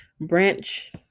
branch